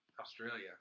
Australia